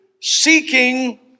seeking